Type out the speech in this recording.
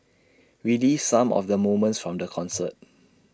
relives some of the moments from the concert